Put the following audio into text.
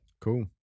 Cool